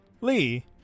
Lee